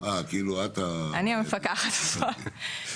אני המפקחת בפועל.